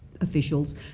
officials